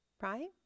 Right